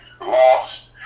lost